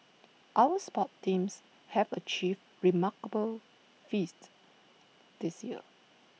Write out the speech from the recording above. our sports teams have achieved remarkable feats this year